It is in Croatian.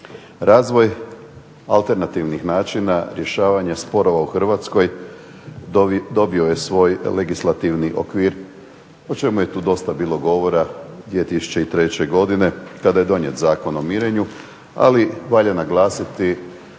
Razvoj alternativnih načina rješavanja sporova u Hrvatskoj dobio je svoj legislativni okvir o čemu je tu dosta bilo govora 2003. godine kada je donijet Zakon o mirenju, ali valja naglasiti